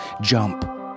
jump